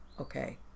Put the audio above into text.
okay